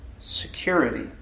security